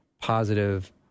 positive